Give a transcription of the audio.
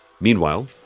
Meanwhile